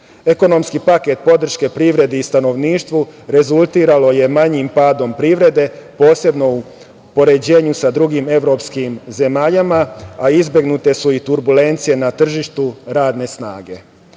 standarda. Ekonomski paket podrške privredi i stanovništvu rezultiralo je manjim padom privrede, posebno u poređenju sa drugim evropskim zemljama, a izbegnute su i turbulencije na tržištu radne snage.